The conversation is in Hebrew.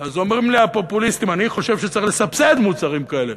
אז אומרים לי הפופוליסטים: אני חושב שצריך לסבסד מוצרים כאלה.